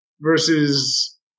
versus